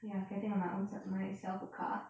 ya getting on my ownse~ myself a car